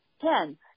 ten